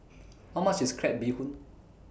How much IS Crab Bee Hoon